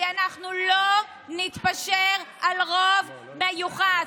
כי אנחנו לא נתפשר על רוב מיוחס.